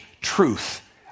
truth